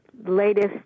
latest